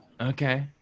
Okay